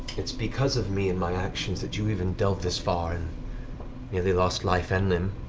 it's because of me and my actions that you even delved this far and nearly lost life and limb,